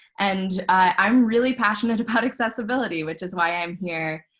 and i'm really passionate about accessibility, which is why i'm here.